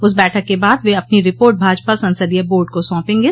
उस बैठक के बाद वे अपनी रिपोर्ट भाजपा संसदीय बोर्ड को सौपेंगे